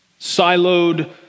siloed